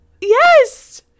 yes